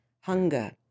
hunger